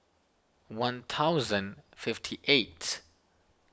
one thousand fifty eighth